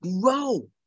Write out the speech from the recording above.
Grow